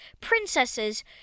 princesses